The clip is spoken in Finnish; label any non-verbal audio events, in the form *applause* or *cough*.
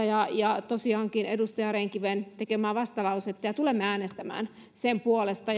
*unintelligible* ja ja tosiaankin edustaja rehn kiven tekemää vastalausetta ja tulemme äänestämään sen puolesta *unintelligible*